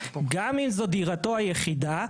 גם אם זו דירתו היחידה,